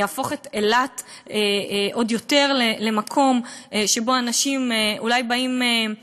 זה יהפוך את אילת עוד יותר למקום שבו אנשים אולי באים אליו לבלות,